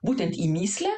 būtent į mįslę